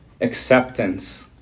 acceptance